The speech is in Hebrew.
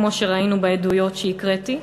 כמו שראינו בעדויות שהקראתי,